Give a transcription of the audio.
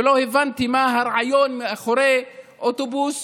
ולא הבנתי מה הרעיון מאחורי אוטובוס